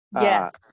yes